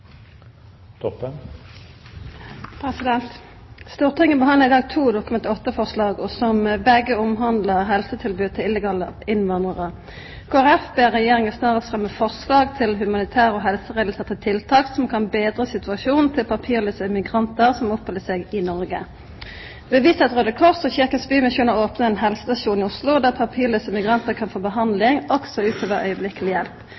illegale innvandrarar. Kristeleg Folkeparti ber Regjeringa snarast fremja forslag til humanitære og helserelaterte tiltak som kan betra situasjonen til papirlause migrantar som oppheld seg i Noreg. Det blir vist til at Raudekrossen og Kirkens Bymisjon har opna ein helsestasjon i Oslo der papirlause migrantar kan få behandling også utover øyeblikkeleg hjelp.